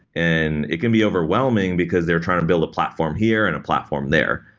and it can be overwhelming because they're trying to build a platform here and a platform there.